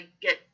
get